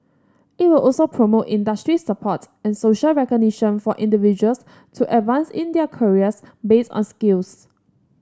it will also promote industry support and social recognition for individuals to advance in their careers based on skills